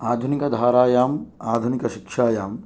आधुनिक धारायां आधुनिक शिक्षायाम्